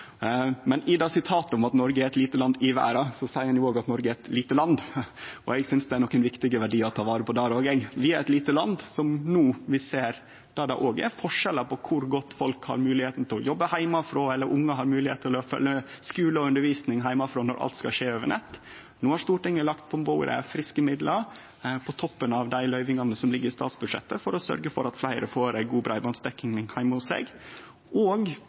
I sitatet om at Noreg er eit lite land i verda, blir det òg sagt at Noreg er eit lite land, og eg synest det er nokre viktige verdiar å ta vare på der òg. Vi er eit lite land der det er forskjellar på kor gode moglegheiter folk har til å jobbe heimanfrå, eller ungar har moglegheit til å få skule og undervisning heime når alt skal skje over nettet. No har Stortinget lagt på bordet friske midlar på toppen av dei løyvingane som ligg i statsbudsjettet, for å sørgje for at fleire får ei god breibandsdekning heime hos seg.